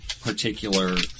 particular